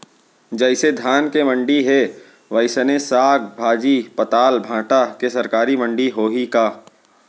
जइसे धान के मंडी हे, वइसने साग, भाजी, पताल, भाटा के सरकारी मंडी होही का?